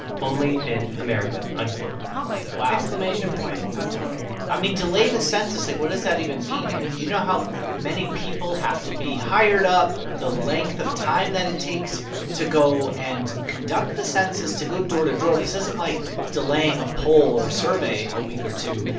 only in america, unquote wow point, unquote i mean, delay the census. like, what does that even mean? i mean, you know how many people have to be hired up, the length of time that it takes to go and conduct the census, to go door to door? this isn't like delaying a poll or a survey a week or two.